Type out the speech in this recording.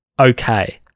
okay